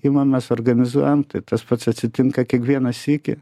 imamės organizuojam tai tas pats atsitinka kiekvieną sykį